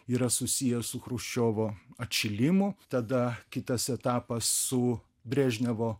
yra susijęs su chruščiovo atšilimu tada kitas etapas su brežnevo